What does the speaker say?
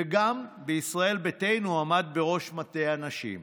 וגם בישראל ביתנו עמדת בראש מטה הנשים.